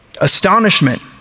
Astonishment